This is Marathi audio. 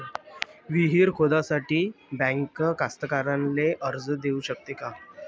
विहीर खोदाले बँक कास्तकाराइले कर्ज देऊ शकते का?